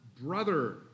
brother